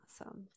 awesome